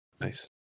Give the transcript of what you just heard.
nice